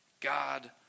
God